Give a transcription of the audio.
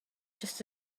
just